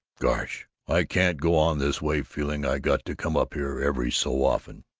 gosh, i can't go on this way feeling i got to come up here every so often